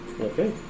Okay